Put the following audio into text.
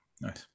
Nice